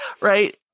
Right